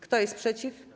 Kto jest przeciw?